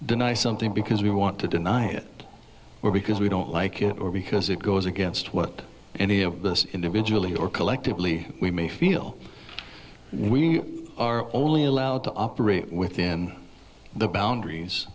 deny something because we want to deny it or because we don't like it or because it goes against what any of us individually or collectively we may feel we are only allowed to operate within the boundaries